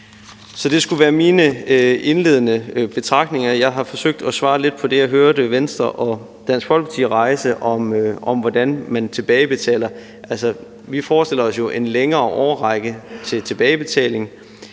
Så det skulle være mine indledende betragtninger. Kl. 13:20 Jeg har forsøgt at svare lidt på det, jeg hørte Venstre og Dansk Folkeparti rejse, om, hvordan man tilbagebetaler. Vi forestiller os jo en længere årrække til tilbagebetaling,